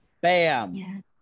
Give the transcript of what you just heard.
Bam